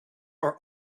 are